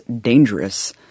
dangerous